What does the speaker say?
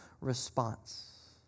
response